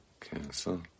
Cancel